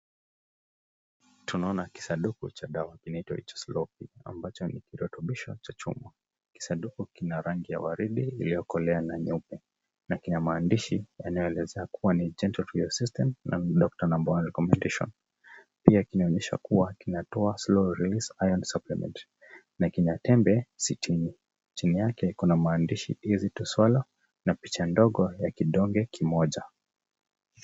Tunaona kisanduku cha dawa kinachoitwa Slowfe ambacho ni kirutubisho cha chuma. Kisanduku kina rangi ya waridi iliyokolea na nyeupe na kina maandishi yanayoeleza kuwa ni gentle to your system na doctor number one recommendation. Pia kinaonyesha kuwa kinatoa slow release iron supplement na kina tembe sitini. Chini yake kina maandishi easy to swallow na picha ndogo ya kidonge kimoja.